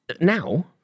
Now